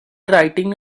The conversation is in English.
writing